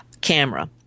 camera